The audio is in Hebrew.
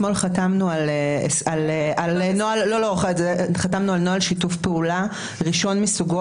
אתמול חתמנו על נוהל שיתוף פעולה ראשון מסוגו